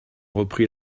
reprit